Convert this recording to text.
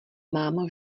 mám